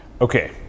Okay